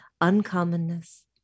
uncommonness